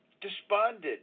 Despondent